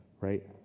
right